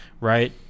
right